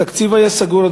התקציב היה סגור,